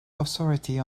authority